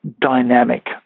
dynamic